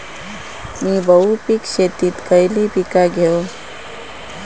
मी बहुपिक शेतीत खयली पीका घेव?